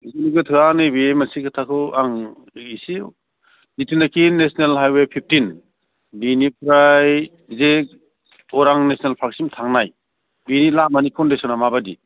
गोनो गोथोआ नैबे मोनसे खोथाखौ आं इसे जितुनाकि नेसनेल हाइवे फिफ्टिन बेनिफ्राय जे अरां नेसनेल पार्कसिम थांनाय बे लामानि कण्डिसना माबायदि